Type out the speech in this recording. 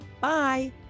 bye